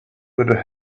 would